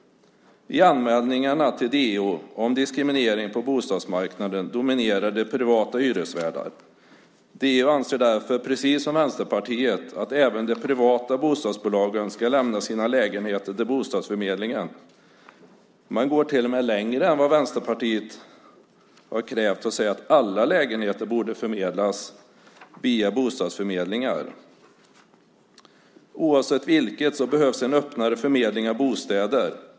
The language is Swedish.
I anmälningarna till DO om diskriminering på bostadsmarknaden dominerar privata hyresvärdar. DO anser därför, precis som Vänsterpartiet, att även de privata bostadsbolagen ska lämna sina lägenheter till bostadsförmedlingen. Man går till och med längre än vad Vänsterpartiet har krävt och säger att alla lägenheter borde förmedlas via bostadsförmedlingar. Oavsett vilket behövs en öppnare förmedling av bostäder.